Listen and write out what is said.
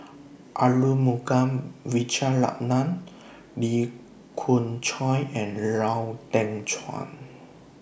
Arumugam Vijiaratnam Lee Khoon Choy and Lau Teng Chuan